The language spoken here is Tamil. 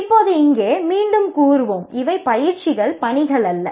இப்போது இங்கே மீண்டும் கூறுவோம் இவை பயிற்சிகள் பணிகள் அல்ல